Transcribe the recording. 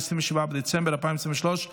27 בדצמבר 2023,